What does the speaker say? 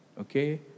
okay